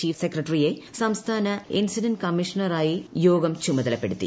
chief സെക്രട്ടറിയെ സംസ്ഥാന incident കമ്മീഷണറായി യോഗ്ലൂ ചുമതലപ്പെടുത്തി